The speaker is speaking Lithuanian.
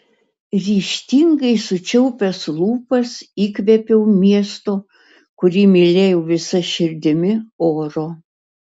ryžtingai sučiaupęs lūpas įkvėpiau miesto kurį mylėjau visa širdimi oro